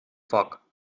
foc